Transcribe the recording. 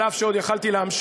על אף שעוד יכולתי להמשיך.